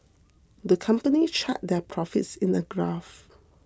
the company charted their profits in a graph